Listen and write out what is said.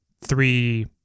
three